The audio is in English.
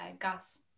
gas